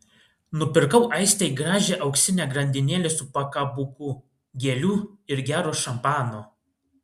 nupirkau aistei gražią auksinę grandinėlę su pakabuku gėlių ir gero šampano